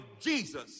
Jesus